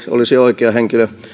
olisi oikea henkilö